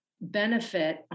benefit